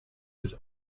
was